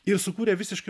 ir sukūrė visiškai